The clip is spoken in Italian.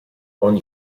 ogni